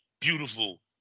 beautiful